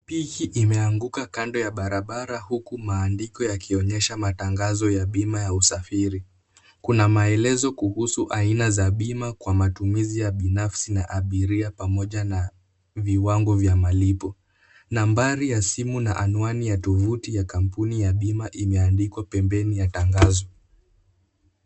Pikipiki imeanguka kando ya barabara huku maandiko yakionyesha matangazo ya bima ya usafiri, kuna maelezo kuhusu aina za bima kwa matumizi ya binafsi na abiria pamoja na viwango vya malipo. Nambari ya simu na anwani ya tovuti ya kampuni ya bima imeandikwa pembeni ya tangazo.